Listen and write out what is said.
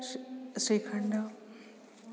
श् श्रीखण्डः